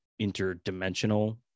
interdimensional